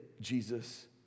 Jesus